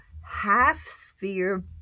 half-sphere